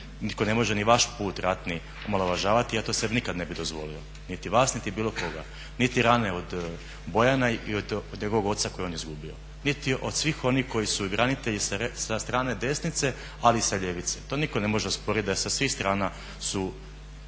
nitko ne može ni vaš ratni put omalovažavati ja to sebi nikad ne bi dozvolio niti vas niti bilo koga, niti rane od Bojana i od njegovog oca kojeg je on izgubio, niti od svih onih koji su branitelji sa strane desnice ali i sa ljevice to nitko ne može osporiti da su sa svih strana su